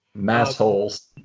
Massholes